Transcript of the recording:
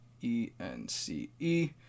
E-N-C-E